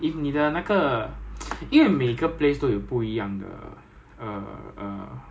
then right 你会 realise right I think police 也是差不多 I think I think lah